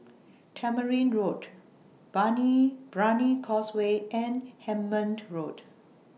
Tamarind Road Brani Causeway and Hemmant Road